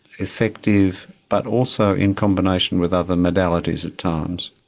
effective, but also in combination with other modalities at times.